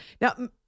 Now